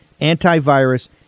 antivirus